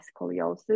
scoliosis